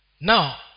Now